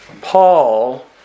Paul